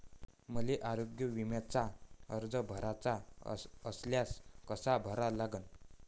मले आरोग्य बिम्याचा अर्ज भराचा असल्यास कसा भरा लागन?